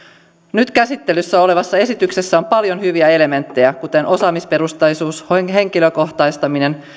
nyt käsittelyssä olevassa esityksessä on paljon hyviä elementtejä kuten osaamisperusteisuus henkilökohtaistaminen